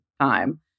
time